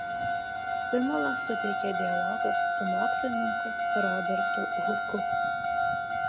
stimulą suteikė dialogas su mokslininku robertu huku